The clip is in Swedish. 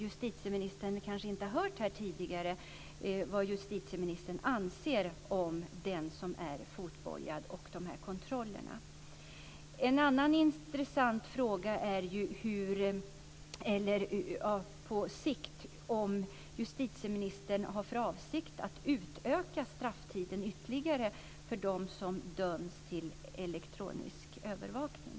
Justitieministern kanske inte har hört detta tidigare, och jag undrar vad justitieministern anser om den som är fotbojad och kontrollerna. En annan intressant fråga är om justitieministern på sikt har för avsikt att utöka strafftiden ytterligare för dem som döms till elektronisk övervakning.